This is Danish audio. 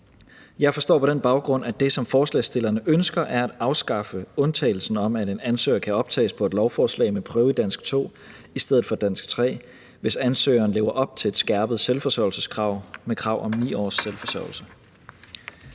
Jeg forstår på den baggrund, at det, som forslagsstillerne ønsker, er at afskaffe undtagelsen om, at en ansøger kan optages på et lovforslag med prøve i dansk 2 i stedet for dansk 3, hvis ansøgeren lever op til et skærpet selvforsørgelseskrav med krav om 9 års selvforsørgelse.